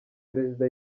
perezida